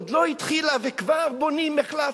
עוד לא התחילה וכבר בונים מחלף?